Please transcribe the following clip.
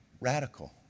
Radical